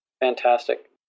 Fantastic